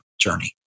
journey